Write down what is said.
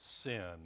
sin